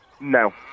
No